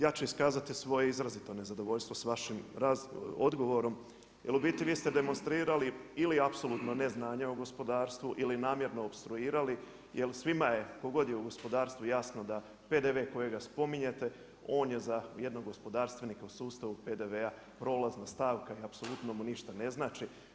Ja ću iskazati svoje izrazito nezadovoljstvo sa vašim odgovorom jer u biti vi ste demonstrirali ili apsolutno neznanje o gospodarstvu ili namjerno opstruirali, jer svima je, tko god je u gospodarstvu, jasno da PDV kojega spominjete on je za jednog gospodarstvenika u sustavu PDV-a, prolazna stavka i apsolutno mu ništa ne znači.